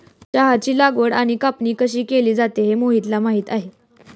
चहाची लागवड आणि कापणी कशी केली जाते हे मोहितला माहित आहे